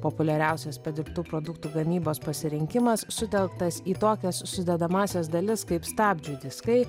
populiariausias perdirbtų produktų gamybos pasirinkimas sutelktas į tokias sudedamąsias dalis kaip stabdžių diskai